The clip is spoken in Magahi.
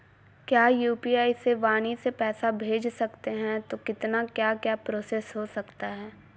क्या यू.पी.आई से वाणी से पैसा भेज सकते हैं तो कितना क्या क्या प्रोसेस हो सकता है?